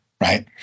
right